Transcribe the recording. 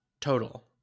Total